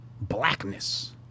blackness